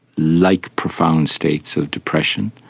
like profound states of depression,